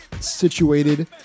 situated